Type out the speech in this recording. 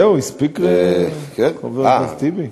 זהו, הספיק לחבר הכנסת טיבי?